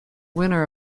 winner